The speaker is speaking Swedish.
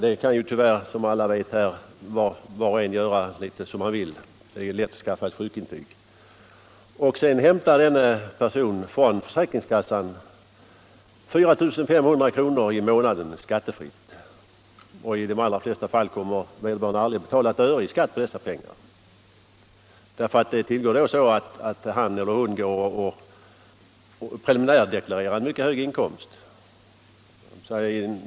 Det kan ju tyvärr, som alla här vet, var och en göra litet som han vill; det är lätt att skaffa ett sjukintyg. Sedan hämtar denna person från försäkringskassan 4 500 kr. i månaden skattefritt. Och i de allra flesta fall kommer vederbörande aldrig att betala ett öre i skatt på dessa pengar, för det tillgår så att han preliminärdeklarerar en mycket hög inkomst.